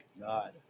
God